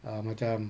err macam